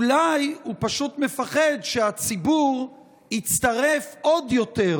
אולי הוא פשוט מפחד שהציבור יצטרף עוד יותר